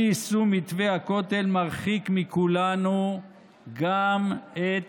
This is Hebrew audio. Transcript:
אי-יישום מתווה הכותל מרחיק מכולנו גם את